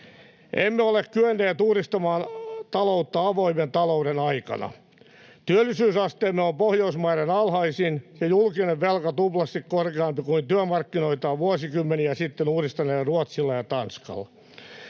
Emme ole kyenneet uudistamaan taloutta avoimen talouden aikana. Työllisyysasteemme on Pohjoismaiden alhaisin ja julkinen velka tuplasti korkeampi kuin työmarkkinoitaan vuosikymmeniä sitten uudistaneilla Ruotsilla ja Tanskalla.